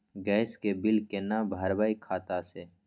Gas के bill केना भरबै खाता से?